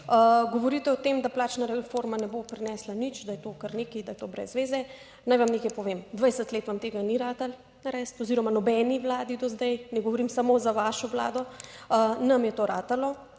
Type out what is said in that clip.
Govorite o tem, da plačna reforma ne bo prinesla nič, da je to kar nekaj, da je to brez veze. Naj vam nekaj povem, 20 let vam tega ni ratalo narediti oziroma nobeni Vladi do zdaj, ne govorim samo za vašo Vlado, nam je to ratalo.